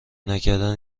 نکردن